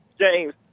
James